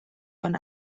von